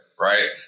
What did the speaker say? Right